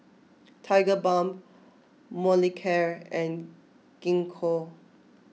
Tigerbalm Molicare and Gingko